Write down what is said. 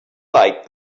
like